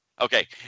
Okay